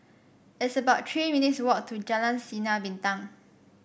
it's about Three minutes' walk to Jalan Sinar Bintang